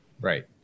Right